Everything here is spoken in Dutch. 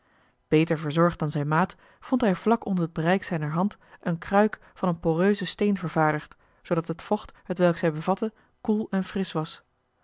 beter verzorgd dan zijn maat vond hij vlak onder t bereik zijner hand een kruik van een poreusen steen vervaardigd zoodat het vocht hetwelk zij bevatte koel en frisch was